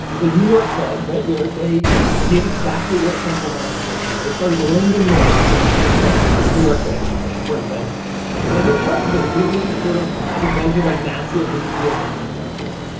the new york fed right here, they did exactly what a central bank is supposed to do. they started lending money to to the banks to the new york banks, the most important banks and it helped. it really sort of prevented a massive immediate banking crisis.